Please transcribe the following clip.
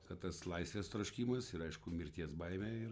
kad tas laisvės troškimas ir aišku mirties baimė ir